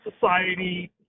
society